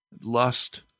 lust